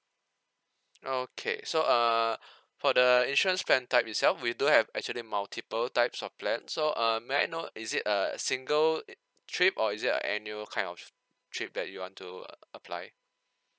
okay so uh for the insurance plan type itself we do have actually multiple types of plan so um may I know is it a single trip or is it an annual kind of trip that you want to apply